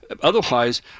Otherwise